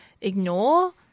Ignore